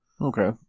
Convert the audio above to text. Okay